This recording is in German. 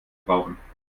brauchen